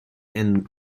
and